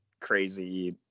crazy